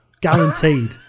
Guaranteed